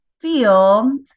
feel